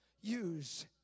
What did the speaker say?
use